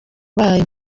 bayo